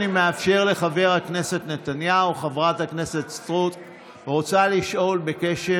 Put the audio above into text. חבר הכנסת סמוטריץ', בבקשה, רוצה לשאול בקשר